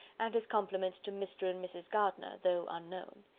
and his compliments to mr. and mrs. gardiner, though unknown.